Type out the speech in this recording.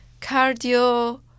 Cardio